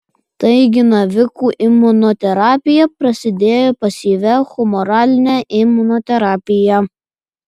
taigi navikų imunoterapija prasidėjo pasyvia humoraline imunoterapija